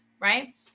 Right